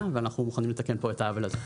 ואנחנו מוכנים לתקן את העוול הזה.